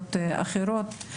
נקודות אחרות.